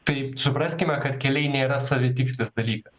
tai supraskime kad keliai nėra savitikslis dalykas